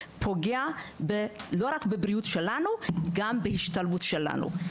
פוגע בבריאות שלנו ובהשתלבות שלנו.